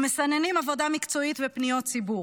ומסננים עבודה מקצועית ופניות ציבור.